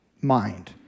mind